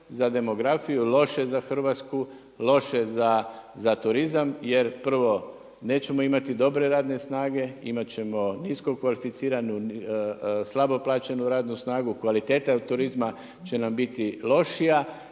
za demografiju, loše za Hrvatsku, loše za turizam jer prvo nećemo imati dobre radne snage, imat ćemo niskokvalificiranu, slabo plaćenu radnu snagu, kvaliteta turizma će nam biti lošija